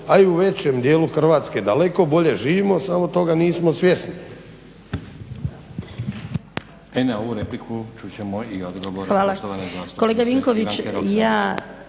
a i u većem dijelu Hrvatske daleko bolje živimo samo toga nismo svjesni.